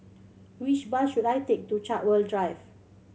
which bus should I take to Chartwell Drive